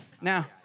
Now